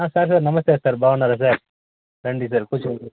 sir నమస్తే sir బాగున్నారా sir రండి సార్ కూర్చోండి